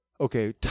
okay